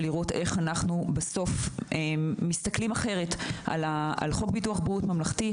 לראות איך אנחנו בסוף מסתכלים אחרת על חוק ביטוח בריאות ממלכתי.